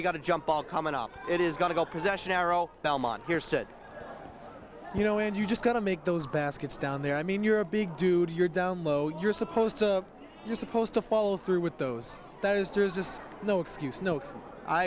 you've got a jump ball coming up it is going to go possession arrow belmont pierce said you know and you just got to make those baskets down there i mean you're a big dude you're down low you're supposed to you're supposed to follow through with those that is toure's is no excuse no